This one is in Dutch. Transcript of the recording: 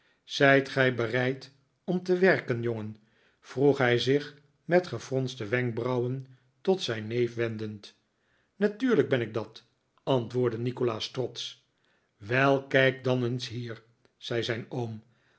zijt gij bereid om te werken jongen vroeg hij zich met gefronste wenkbrauwen tot zijn neef wendend natuurlijk ben ik dat antwoordde nikolaas trotsch wel kijk dan eens hier zei zijn oom